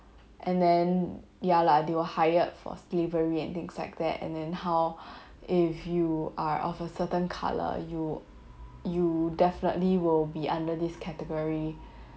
and then ya lah they were hired for slavery and things like that and then how if you are of a certain colour you you definitely will be under this category